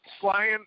flying